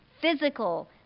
physical